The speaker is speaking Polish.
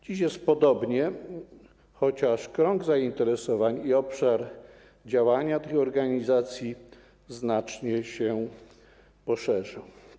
Dziś jest podobnie, chociaż krąg zainteresowań i obszar działania tych organizacji znacznie się poszerza.